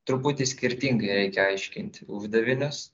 truputį skirtingai reikia aiškinti uždavinius